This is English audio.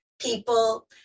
people